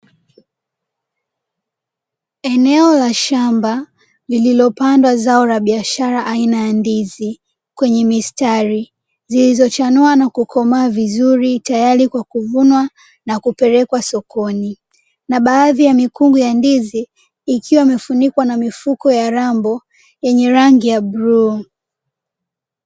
Eneo la shamba lililopandwa zao la biashara aina ya ndizi kwenye mistari zilizochanua na kukomaa vizuri tayari kwa kuvunwa na kupelekwa sokoni, na baadhi ya mikungu ya ndizi ikiwa imefunikwa na mifuko ya rambo yenye rangi ya bluu.